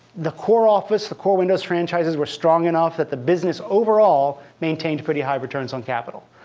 the core office, the core windows franchises were strong enough that the business overall maintained pretty high returns on capital.